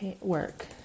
work